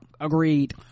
agreed